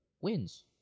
wins